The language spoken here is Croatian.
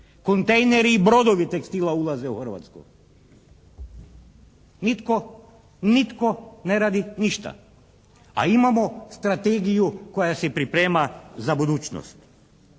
Kontejneri i brodovi tekstila ulaze u Hrvatsku. Nitko ne radi ništa, a imamo strategiju koja se priprema za budućnost.